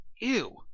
ew